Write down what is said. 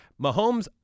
Mahomes